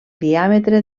diàmetre